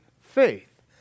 faith